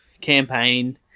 campaign